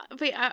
Wait